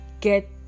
get